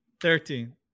Thirteen